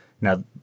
Now